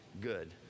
good